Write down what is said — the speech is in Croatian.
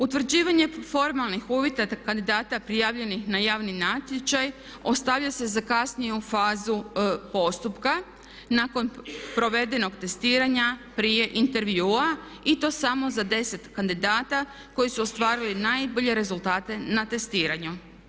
Utvrđivanje formalnih uvjeta kandidata prijavljenih na javni natječaj ostavlja se za kasnije u fazu postupka nakon provedenog testiranja prije intervjua i to samo za 10 kandidata koji su ostvarili najbolje rezultate na testiranju.